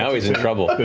he's in trouble.